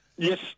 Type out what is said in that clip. Yes